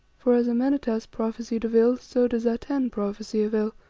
for as amenartas prophesied of ill, so does atene prophesy of ill,